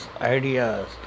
ideas